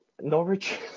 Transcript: Norwich